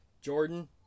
Jordan